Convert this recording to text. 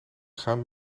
gaan